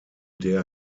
der